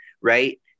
right